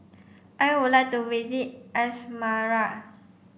I would like to visit Asmara